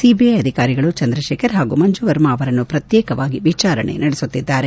CBI ಅಧಿಕಾರಿಗಳು ಚಂದ್ರಶೇಖರ್ ಹಾಗೂ ಮಂಜು ವರ್ಮ ಅವರನ್ನು ಪ್ರತ್ಯೇಕವಾಗಿ ವಿಚಾರಣೆ ನಡೆಸುತ್ತಿದ್ದಾರೆ